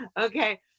okay